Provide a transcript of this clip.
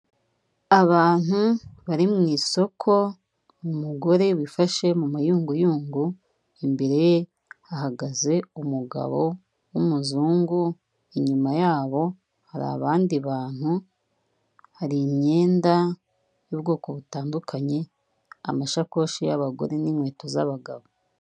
Abantu bari mu isoko, umugore wifashe mu mayunguyungu, imbere ye hahagaze umugabo w'umuzungu, inyuma yaho hari abandi bantu, hari imyenda y'ubwoko butandukanye amashakoshi y'abagore n'inkweto z'abagabo.